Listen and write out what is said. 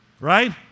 right